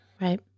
Right